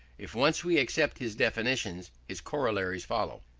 if once we accept his definitions, his corollaries follow.